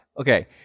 Okay